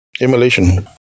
Immolation